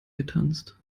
getanzt